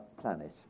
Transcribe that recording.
planet